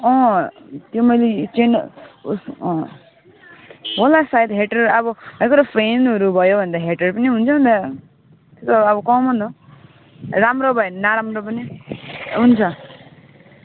अँ त्यो मैले चाहिँ उस होला सायद हेटर अब फ्यानहरू भयो भन्दा हेटर पनि हुन्छ नि त अब त्यो अब कमन हो राम्रो भयो पनि भने नराम्रो पनि हुन्छ